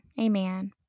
Amen